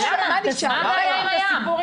מה הבעיה עם הים?